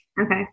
Okay